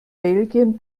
belgien